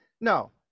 No